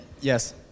Yes